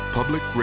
Public